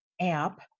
app